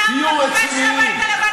שהבית הלבן לא רוצה שנבוא?